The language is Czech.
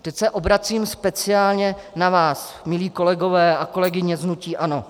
Teď se obracím speciálně na vás, milí kolegové a kolegyně z hnutí ANO.